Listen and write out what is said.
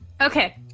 Okay